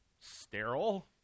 sterile